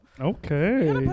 Okay